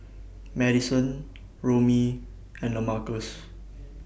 Madisen Romie and Lamarcus